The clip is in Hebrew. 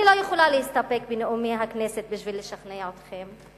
אני לא יכולה להסתפק בנאומי הכנסת בשביל לשכנע אתכם,